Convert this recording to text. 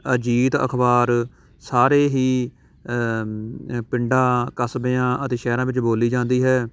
ਅਜੀਤ ਅਖ਼ਬਾਰ ਸਾਰੇ ਹੀ ਪਿੰਡਾਂ ਕਸਬਿਆਂ ਅਤੇ ਸ਼ਹਿਰਾਂ ਵਿੱਚ ਬੋਲੀ ਜਾਂਦੀ ਹੈ